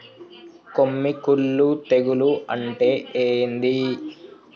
కొమ్మి కుల్లు తెగులు అంటే ఏంది?